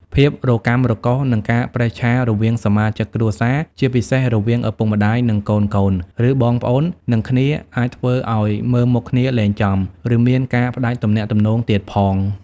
ភាពរកាំរកូស និងការប្រេះឆារវាងសមាជិកគ្រួសារ ជាពិសេសរវាងឪពុកម្ដាយ និងកូនៗ ឬបងប្អូននឹងគ្នាអាចធ្វើអោយមើលមុខគ្នាលែងចំ ឬមានការផ្ដាច់ទំនាក់ទំនងទៀតផង។